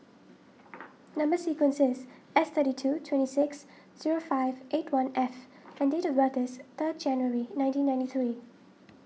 Number Sequence is S thirty two twenty six zero five eight one F and date of birth is third January nineteen ninety three